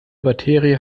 materie